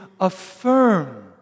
affirm